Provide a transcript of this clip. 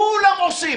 כולם עושים.